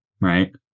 Right